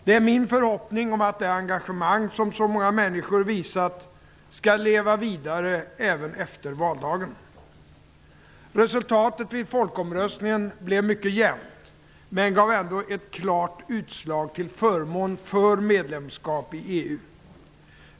Det är min förhoppning att det engagemang som så många människor har visat skall leva vidare även efter valdagen. Resultatet vid folkomröstningen blev mycket jämt men gav ändå ett klart utslag till förmån för ett medlemskap i EU.